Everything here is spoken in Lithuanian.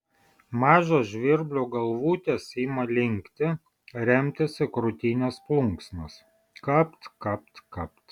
mažos žvirblių galvutės ima linkti remtis į krūtinės plunksnas kapt kapt kapt